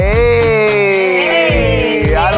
Hey